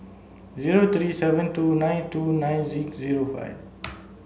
zero three seven two nine two nine six zero five